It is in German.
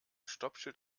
stoppschild